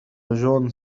جون